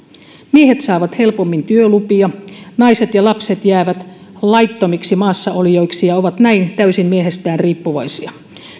miehet saavat helpommin työlupia naiset ja lapset jäävät laittomiksi maassaolijoiksi ja ovat näin täysin miehestään riippuvaisia